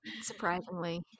surprisingly